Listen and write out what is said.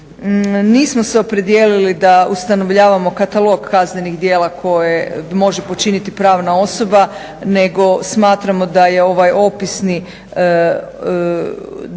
Nismo se opredijelili da ustanovljavamo katalog kaznenih djela koje može počiniti pravna osoba, nego smatramo da je ovaj opisni dio,